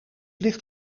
licht